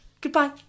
goodbye